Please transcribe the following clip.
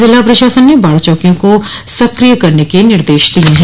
जिला प्रशासन ने बाढ़ चौकियों को सक्रिय करने के निर्देश दिये है